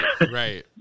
right